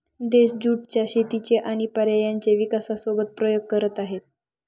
देश ज्युट च्या शेतीचे आणि पर्यायांचे विकासासोबत प्रयोग करत आहे